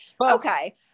okay